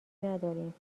نداریم